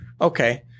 okay